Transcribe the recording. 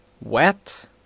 wet